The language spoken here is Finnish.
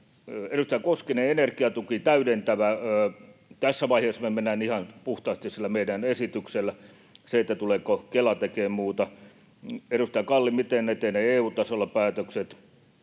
Edustaja Koskinen, energiatuki, täydentävä: Tässä vaiheessa me mennään ihan puhtaasti sillä meidän esityksellä. Se, että tuleeko Kela tekemään muuta... Edustaja Kalli, miten etenevät EU-tasolla päätökset: